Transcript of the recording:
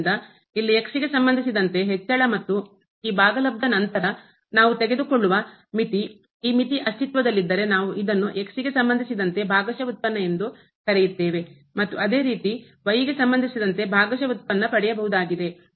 ಆದ್ದರಿಂದ ಇಲ್ಲಿ x ಗೆ ಸಂಬಂಧಿಸಿದಂತೆ ಹೆಚ್ಚಳ ಮತ್ತು ಈ ಭಾಗಲಬ್ಧ ನಂತರ ನಾವು ತೆಗೆದುಕೊಳ್ಳುವ ಮಿತಿ ಈ ಮಿತಿ ಅಸ್ತಿತ್ವದಲ್ಲಿದ್ದರೆ ನಾವು ಇದನ್ನು ಗೆ ಸಂಬಂಧಿಸಿದಂತೆ ಭಾಗಶಃ ವ್ಯುತ್ಪನ್ನ ಎಂದು ಕರೆಯುತ್ತೇವೆ ಮತ್ತು ಅದೇ ರೀತಿ ಗೆ ಸಂಬಂಧಿಸಿದಂತೆ ಭಾಗಶಃ ವ್ಯುತ್ಪನ್ನ ಪಡೆಯಬಹುದಾಗಿದೆ